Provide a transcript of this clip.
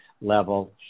level